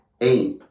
Eight